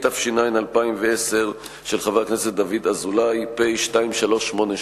התש"ע 2010, של חבר הכנסת דוד אזולאי, פ/2388/18.